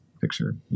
picture